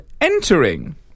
entering